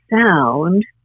sound